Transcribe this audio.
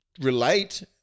relate